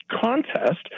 contest